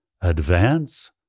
advance